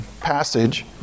passage